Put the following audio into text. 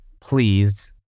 please